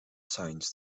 science